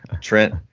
Trent